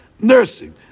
nursing